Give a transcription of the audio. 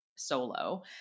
solo